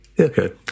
Okay